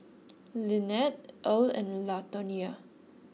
Linette Earl and Latonya